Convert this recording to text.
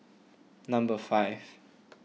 number five